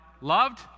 loved